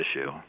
issue